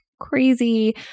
crazy